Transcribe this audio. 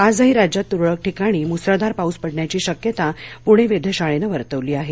आजही राज्यात तुरळक ठिकाणी मुसळधार पाऊस पडण्याची शक्यता पुणे वेधशाळेनं वर्तवली आहे